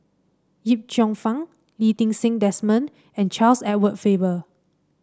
Yip Cheong Fun Lee Ti Seng Desmond and Charles Edward Faber